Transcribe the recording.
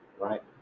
right